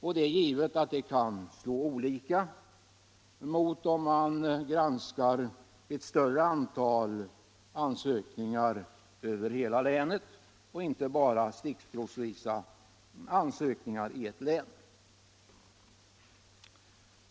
Det är givet att det kan ge ett annat utfall än om man granskar ett större antal ansökningar över hela landet.